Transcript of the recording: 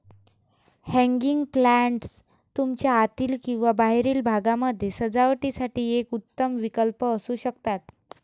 hanging planters तुमच्या आतील किंवा बाहेरील भागामध्ये सजावटीसाठी एक उत्तम विकल्प असू शकतात